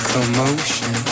Commotion